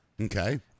Okay